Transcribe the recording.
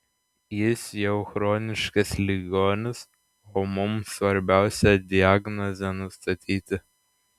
jis jau chroniškas ligonis o mums svarbiausia diagnozę nustatyti